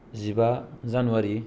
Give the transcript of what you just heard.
जिबा जानुवारि